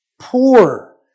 poor